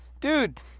Dude